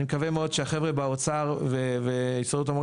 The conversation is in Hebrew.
אני מקווה מאוד שהחבר'ה באוצר ובהסתדרות המורים